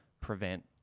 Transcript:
prevent